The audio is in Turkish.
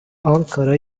ankara